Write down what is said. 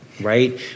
right